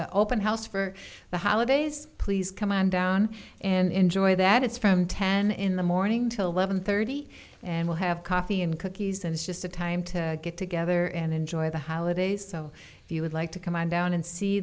an open house for the holidays please come on down and enjoy that it's from ten in the morning till one thirty am we'll have coffee and cookies and it's just a time to get together and enjoy the holidays so if you would like to come on down and see